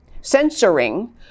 censoring